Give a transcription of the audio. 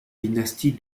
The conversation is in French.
dynastie